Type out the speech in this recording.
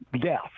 death